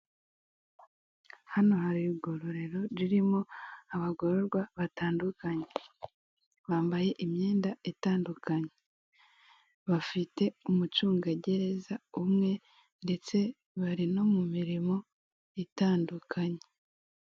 Hano hari igororero ririmo abagororwa batandukanye bambaye imyenda itandukanye bafite umucungagereza umwe ndetse bari no mu mirimo itandukanye.